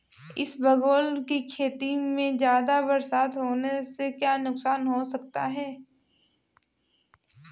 इसबगोल की खेती में ज़्यादा बरसात होने से क्या नुकसान हो सकता है?